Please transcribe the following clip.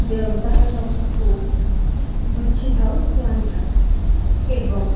ତାହା ସବୁ ବୁଝିଥାଉ ଜାଣିପାରୁ ଏବଂ